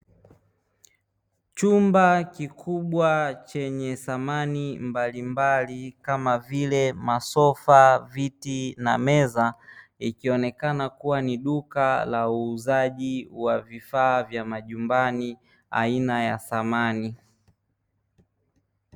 Chumba kikubwa chenye samani mbalimbali kama vile, ma sofa, viti na meza, ikionekana kuwa ni duka la uuzaji wa vifaa vya majumbani aina ya samani.